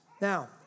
Now